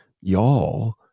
y'all